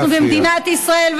אנחנו במדינת ישראל,